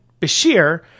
Bashir